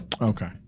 Okay